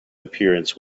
appearance